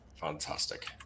fantastic